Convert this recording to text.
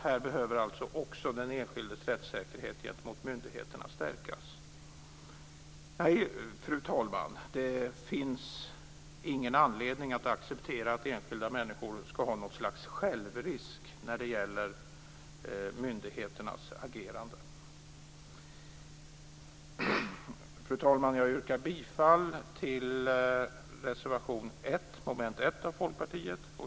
Här behöver också den enskildas rättssäkerhet gentemot myndigheterna stärkas. Fru talman! Det finns ingen anledning att acceptera att enskilda människor ska ha något slags självrisk när det gäller myndigheternas agerande. Fru talman! Jag yrkar bifall till reservation 1 under mom. 1 av Folkpartiet.